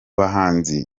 bahanzi